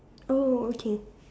oh okay